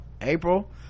April